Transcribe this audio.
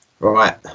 Right